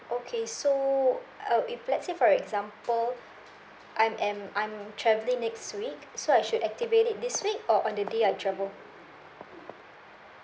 okay so uh if let's say for example I am I'm travelling next week so I should activate it this week or on the day I travel